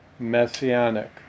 messianic